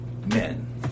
men